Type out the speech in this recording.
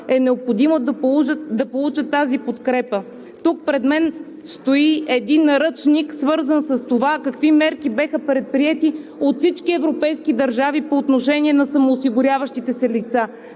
как да се случва тази подкрепа. Пред мен стои един наръчник, свързан с това какви мерки бяха предприети от всички европейски държави по отношение на самоосигуряващите се лица.